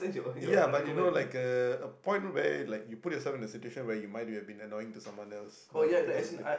ya but you know like a a point where like you put yourself in the situation where you might have be annoying so someone else uh because of